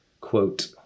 quote